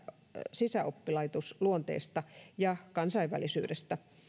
sisäoppilaitosluonteesta ja kansainvälisyydestä